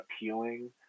appealing